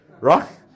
right